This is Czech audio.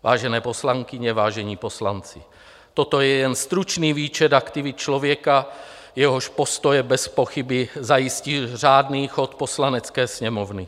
Vážené poslankyně, vážení poslanci, toto je jen stručný výčet aktivit člověka, jehož postoje bezpochyby zajistí řádný chod Poslanecké sněmovny.